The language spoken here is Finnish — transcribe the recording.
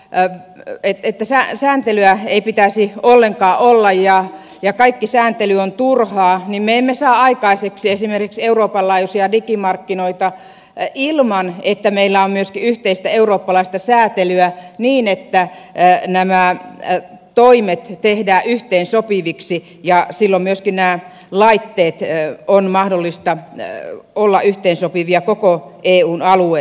en tee pesään sääntelyä ei pitäisi ollenkaan olla ja kaikki sääntely on turhaa niin me emme saa aikaan esimerkiksi euroopan laajuisia digimarkkinoita ilman että meillä on myöskin yhteistä eurooppalaista säätelyä niin että nämä toimet tehdään yhteensopiviksi ja silloin myöskin näiden laitteiden on mahdollista olla yhteensopivia koko eun alueella